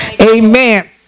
Amen